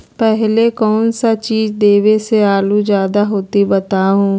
पहले कौन सा चीज देबे से आलू ज्यादा होती बताऊं?